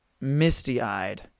misty-eyed